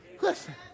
listen